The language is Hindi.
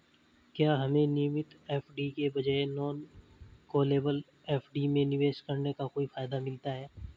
क्या हमें नियमित एफ.डी के बजाय नॉन कॉलेबल एफ.डी में निवेश करने का कोई फायदा मिलता है?